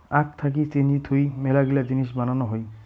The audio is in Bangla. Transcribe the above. আখ থাকি চিনি যুত মেলাগিলা জিনিস বানানো হই